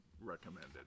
recommended